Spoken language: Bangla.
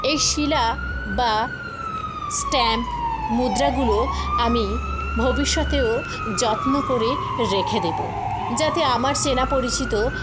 এই শিলা বা স্ট্যাম্প মুদ্রাগুলো আমি ভবিষ্যতেও যত্ন করে রেখে দেবো যাতে আমার চেনা পরিচিত